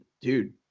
dude